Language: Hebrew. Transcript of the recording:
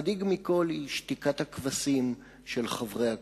המדאיג מכול הוא שתיקת הכבשים של חברי הקואליציה,